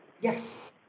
Yes